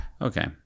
Okay